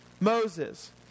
Moses